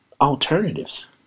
alternatives